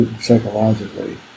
psychologically